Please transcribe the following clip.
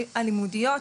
הלימודיות,